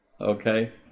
okay